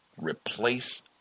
Replace